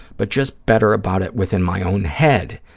but just better about it within my own head,